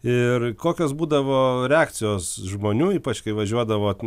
ir kokios būdavo reakcijos žmonių ypač kai važiuodavot